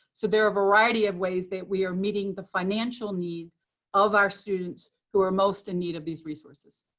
so there are a variety of ways that we are meeting the financial needs of our students who are most in need of these resources.